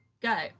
go